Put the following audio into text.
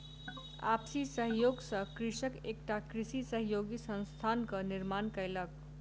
आपसी सहयोग सॅ कृषक एकटा कृषि सहयोगी संस्थानक निर्माण कयलक